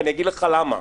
ואני אגיד לך למה.